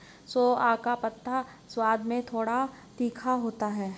सोआ का पत्ता स्वाद में थोड़ा तीखा होता है